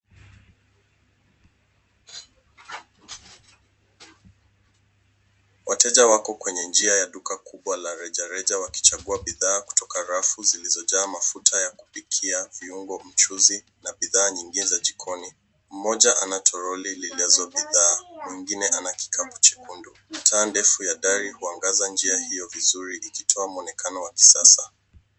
Wateja wako kwenye njia ya duka kubwa la rejareja wakichagua bidhaa kutoka rafu zilizojaa mafuta ya kupikia, viungo, mchuzi na bidhaa nyingine za jikoni. Mmoja ana tololi lililojazwa bidhaa wengine ana kikapu chekundu. Taa ndefu ya dari huangaza njia hiyo vizuri ikitoa maonikana wa kisasa.